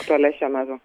aktualias šiuo metu